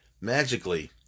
magically